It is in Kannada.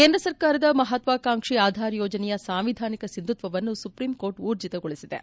ಕೇಂದ್ರ ಸರ್ಕಾರದ ಮಹತ್ವಾಕಾಂಕ್ಷಿಯ ಆಧಾರ್ ಯೋಜನೆಯ ಸಾಂವಿಧಾನಿಕ ಸಿಂಧುತ್ವವನ್ನು ಸುಪ್ರೀಂಕೋರ್ಟ್ ಊರ್ಜಿತಗೊಳಿಸಿದೆ